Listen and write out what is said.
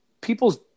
people's